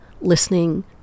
listening